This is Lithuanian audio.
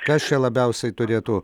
kas čia labiausiai turėtų